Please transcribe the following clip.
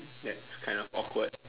that's kind of awkward